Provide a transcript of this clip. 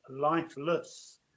lifeless